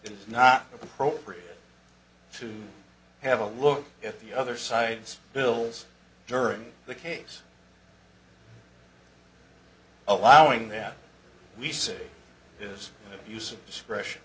it's not appropriate to have a look at the other side's bills during the case allowing that we see this use of discretion